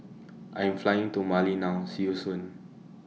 I'm Flying to Mali now See YOU Soon